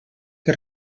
que